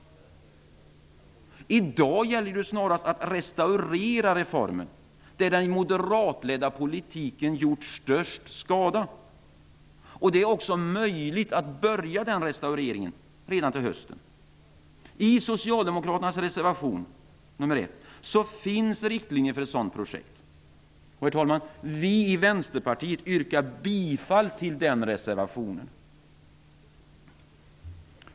I dag gäller det snarast att restaurera reformen. På det området har den moderatledda politiken gjort störst skada. Det är också möjligt att påbörja den restaureringen redan till hösten. I reservation nr 1 från Socialdemokraterna finns det riktlinjer för ett sådant projekt. Vi i Vänsterpartiet yrkar bifall till den reservationen.